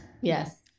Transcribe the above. Yes